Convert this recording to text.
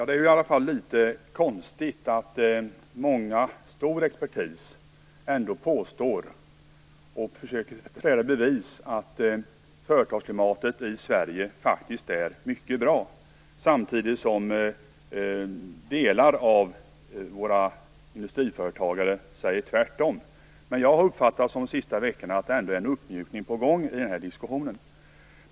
Herr talman! Det är litet konstigt att många experter ändå påstår och försöker bevisa att företagsklimatet i Sverige faktiskt är mycket bra samtidigt som en del av våra industriföretagare säger tvärtom. Men under de senaste veckorna har jag uppfattat att det ändå är en uppmjukning på gång i den här diskussionen.